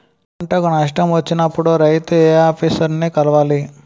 పంటకు నష్టం వచ్చినప్పుడు రైతు ఏ ఆఫీసర్ ని కలవాలి?